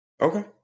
Okay